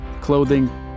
clothing